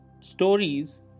stories